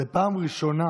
זאת הפעם הראשונה